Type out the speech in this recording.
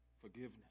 Forgiveness